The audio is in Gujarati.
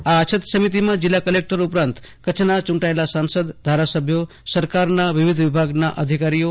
આ અછત સમિતીમાં જિલ્લા કલેકટર ઉપરાંત કચ્છના ચુટાયેલા સાંસદ ધારાસભ્યો સરકારના વિવિધ વિભાગોના અધિકારીઓ છે